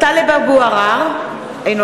(קוראת בשמות חברי הכנסת) טלב אבו עראר, אינו